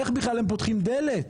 איך בכלל הם פותחים דלת?